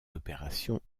opérations